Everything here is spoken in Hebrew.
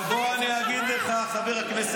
מה אתה עשית?